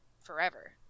forever